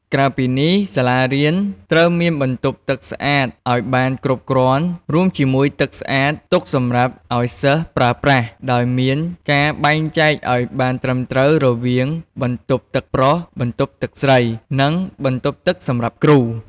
ក្រៅពីនេះសាលារៀនត្រូវមានបន្ទប់ទឹកស្អាតឲ្យបានគ្រប់គ្រាន់រួមជាមួយទឹកស្អាតទុកសម្រាប់ឲ្យសិស្សប្រើប្រាស់ ដោយមានការបែងចែកឲ្យបានត្រឹមត្រូវរវាងបន្ទប់ទឹកប្រុស បន្ទប់ទឹកស្រី និងបន្ទប់ទឹកសម្រាប់គ្រូ។